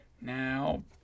Now